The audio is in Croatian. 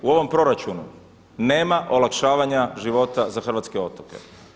U ovom proračunu nema olakšavanja života za hrvatske otoke.